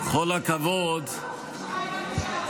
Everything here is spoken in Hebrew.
כאילו לא קרה כלום, אחרי תשעה חודשים.